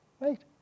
right